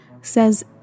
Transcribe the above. says